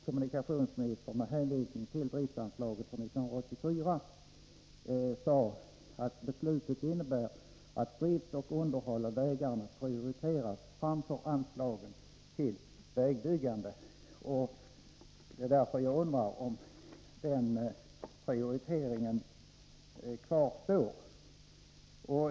Kommunikationsministern sade då med hänvisning till driftsanslaget 1984 att beslutet innebär att drift och underhåll av vägarna prioriteras framför anslagen till vägbyggande. Därför undrar jag om den prioriteringen fortfarande gäller.